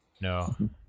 No